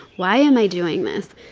why am i doing this?